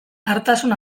harrotasun